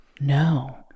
No